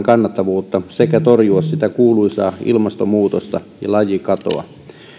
kannattavuutta sekä torjua sitä kuuluisaa ilmastonmuutosta ja lajikatoa